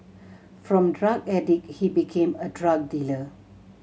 from drug addict he became a drug dealer